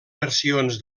versions